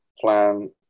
plan